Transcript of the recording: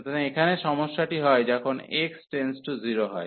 সুতরাং এখানে সমস্যাটি হয় যখন x→0 হয়